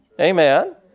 Amen